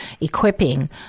equipping